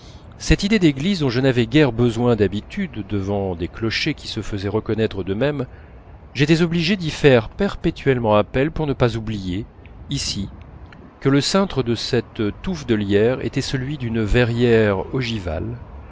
cette idée d'église dont je n'avais guère besoin d'habitude devant des clochers qui se faisaient reconnaître d'eux-mêmes j'étais obligé d'y faire perpétuellement appel pour ne pas oublier ici que le cintre de cette touffe de lierre était celui d'une verrière ogivale